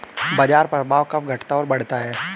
बाजार प्रभाव कब घटता और बढ़ता है?